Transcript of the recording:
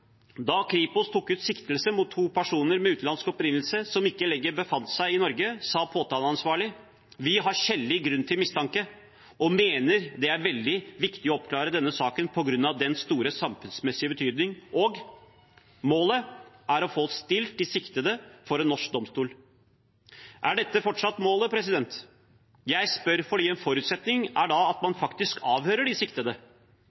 Da Kripos tok ut siktelse mot to personer med utenlandsk opprinnelse som ikke lenger befant seg i Norge, sa påtaleansvarlig: «Vi har skjellig grunn til mistanke, og mener det er veldig viktig å oppklare denne saken på grunn av dens store samfunnsmessige betydning.» Påtaleansvarlig sa også: «Målet er å få stilt de siktede for en norsk domstol.» Er dette fortsatt målet? Jeg spør fordi en forutsetning da er at